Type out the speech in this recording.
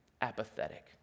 apathetic